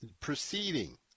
proceeding